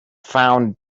found